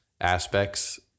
aspects